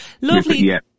lovely